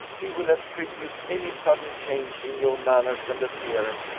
he will attribute any sudden change in your manners and appearance,